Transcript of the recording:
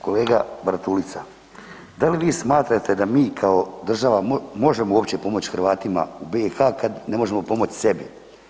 Kolega Bartulica, da li vi smatrate da mi kao država možemo uopće pomoći Hrvatima u BiH kad ne možemo pomoći sebi.